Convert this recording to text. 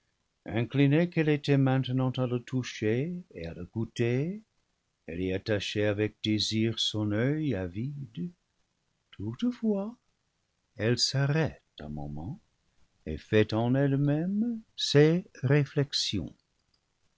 inclinée qu'elle était maintenant à le toucher et à le goûter elle y attachait avec désir son oeil avide toutefois elle s'arrête un moment et fait en ellemême ces réflexions